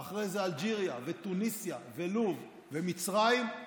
ואחרי זה אלג'יריה, ותוניסיה, ולוב ומצרים,